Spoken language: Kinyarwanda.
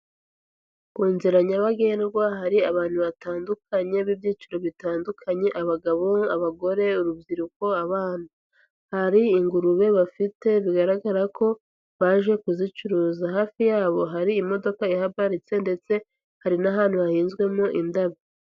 Ku nzira nyabagendwa hari abantu batandukanye b'ibyiciro bitandukanye abagabo, abagore, urubyiruko, abana. Hari ingurube bafite bigaragara ko baje kuzicuruza. Hafi yabo hari imodoka ihaparitse ndetse hari n'ahantu hahinzwemo indabo.